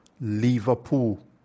Liverpool